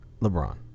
LeBron